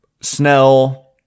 snell